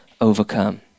overcome